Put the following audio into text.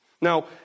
Now